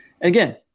Again